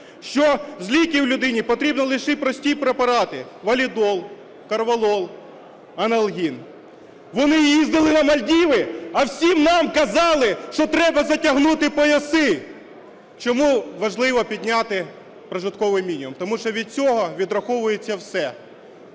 що з ліків людині потрібні лише прості препарати – валідол, корвалол, анальгін. Вони їздили на Мальдіви, а всім нам казали, що треба затягнути пояси. Чому важливо підняти прожитковий мінімум? Тому від цього відраховується все: